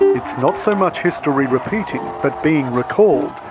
it's not so much history repeating but being recalled,